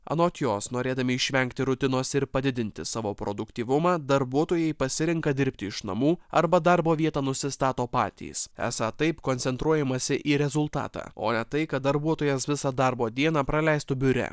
anot jos norėdami išvengti rutinos ir padidinti savo produktyvumą darbuotojai pasirenka dirbti iš namų arba darbo vietą nusistato patys esą taip koncentruojamasi į rezultatą o ne tai kad darbuotojas visą darbo dieną praleistų biure